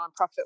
nonprofit